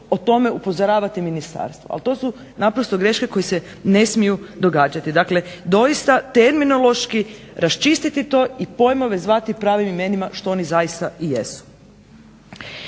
o tome upozoravati ministarstvo, ali to su naprosto greške koje se ne smiju događati. Dakle, doista terminološki raščistiti to i pojmove zvati pravim imenima što oni zaista i jesu.